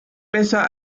besser